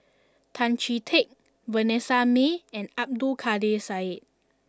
Tan Chee Teck Vanessa Mae and Abdul Kadir Syed